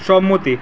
সম্মতি